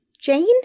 Jane